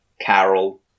Carol